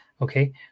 okay